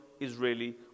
Israeli